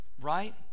right